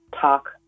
talk